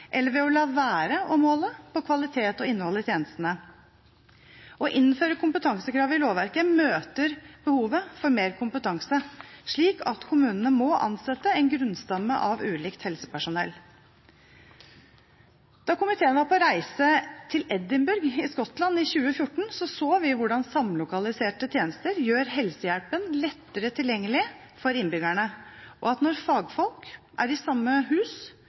eller ved la være å måle på kvalitet og innhold i tjenestene. Å innføre kompetansekrav i lovverket møter behovet for mer kompetanse, slik at kommunene må ansette en grunnstamme av ulikt helsepersonell. Da komiteen var på reise til Edinburgh i Skottland i 2014, så vi hvordan samlokaliserte tjenester gjør helsehjelpen lettere tilgjengelig for innbyggerne, og at når fagfolk er i samme